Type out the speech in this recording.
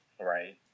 Right